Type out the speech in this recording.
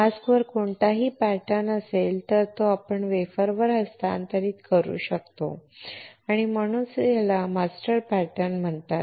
mask वर कोणताही pattern असेल तो आपण वेफरवर हस्तांतरित करू शकतो आणि म्हणूनच याला मास्टर पॅटर्न म्हणतात